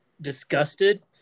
disgusted